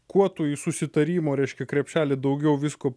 kuo tu į susitarimo reiškia krepšelį daugiau visko